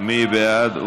מי בעד?